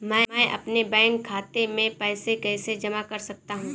मैं अपने बैंक खाते में पैसे कैसे जमा कर सकता हूँ?